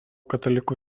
katalikų